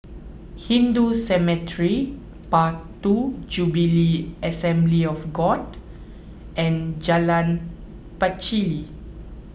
Hindu Cemetery Path two Jubilee Assembly of God and Jalan Pacheli